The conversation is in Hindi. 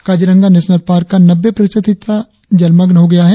काजीरंगा नेशनल पार्क का नब्बे प्रतिशत हिस्सा जलमग्न हो गया है